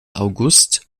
august